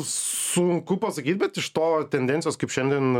sunku pasakyt bet iš to tendencijos kaip šiandien